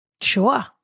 Sure